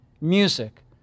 music